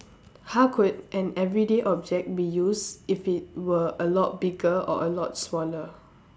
how could an everyday object be used if it were a lot bigger or a lot smaller